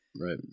Right